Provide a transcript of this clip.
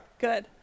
good